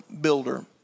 builder